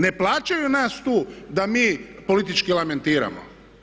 Ne plaćaju nas tu da mi politički lamentiramo.